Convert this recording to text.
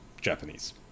Japanese